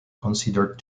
considered